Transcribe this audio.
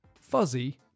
Fuzzy